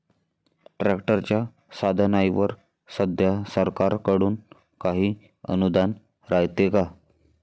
ट्रॅक्टरच्या साधनाईवर सध्या सरकार कडून काही अनुदान रायते का?